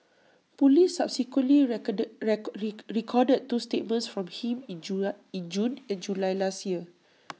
Police subsequently recorded record reek recorded two statements from him in June in June and July last year